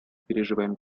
переживаем